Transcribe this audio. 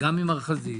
וגם עם מר חזיז